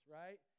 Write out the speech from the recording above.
right